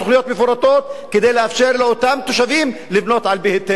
מפורטות כדי לאפשר לאותם תושבים לבנות על-פי היתר.